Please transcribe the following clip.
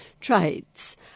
trades